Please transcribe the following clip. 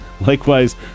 Likewise